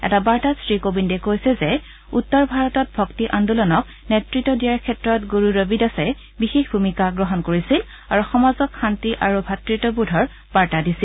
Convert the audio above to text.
এটা বাৰ্তাত শ্ৰীকোবিন্দে কৈছে যে উত্তৰ ভাৰতত ভক্তি আন্দোলনক নেতৃত্ব দিয়াৰ ক্ষেত্ৰত গুৰু ৰবিদাসে বিশেষ ভূমিকা গ্ৰহণ কৰিছিল আৰু সমাজক শান্তি আৰু ভাতৃত্ববোধৰ বাৰ্তা দিছিল